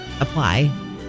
apply